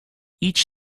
each